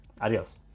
Adios